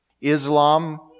Islam